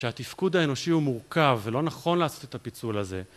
שהתפקוד האנושי הוא מורכב ולא נכון לעשות את הפיצול הזה